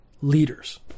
leaders